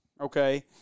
Okay